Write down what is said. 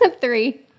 Three